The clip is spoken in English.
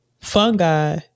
fungi